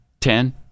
ten